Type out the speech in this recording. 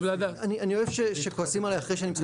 אני אוהב שכועסים עליי אחרי שאני מסיים לדבר.